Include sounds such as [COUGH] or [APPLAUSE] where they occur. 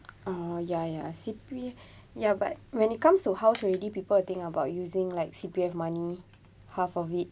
oh ya ya C_P [BREATH] ya but when it comes to house already people will think about using like C_P_F money half of it